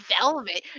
velvet